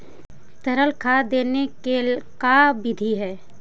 तरल खाद देने के का बिधि है?